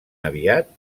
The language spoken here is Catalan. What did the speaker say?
aviat